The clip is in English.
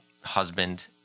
husband